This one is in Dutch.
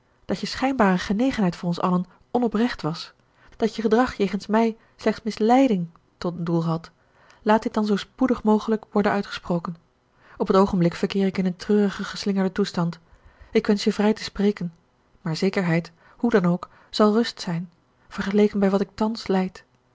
dat je schijnbare genegenheid voor ons allen onoprecht was dat je gedrag jegens mij slechts misleiding ten doel had laat dit dan zoo spoedig mogelijk worden uitgesproken op het oogenblik verkeer ik in een treurig geslingerden toestand ik wensch je vrij te spreken maar zekerheid hoe dan ook zal rust zijn vergeleken bij wat ik thans lijd